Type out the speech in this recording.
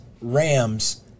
Rams